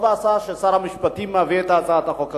טוב עשה שר המשפטים שהביא את הצעת החוק הזאת.